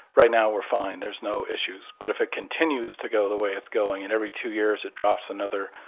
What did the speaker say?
right now we're fine. there's no issues. but if it continues to go the way it's going and every two years it drops another